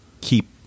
keep